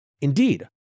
Indeed